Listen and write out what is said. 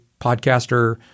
podcaster